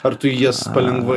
ar tu jas palengva